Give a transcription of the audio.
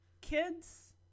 kids